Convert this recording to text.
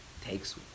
takes